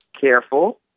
careful